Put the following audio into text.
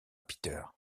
peter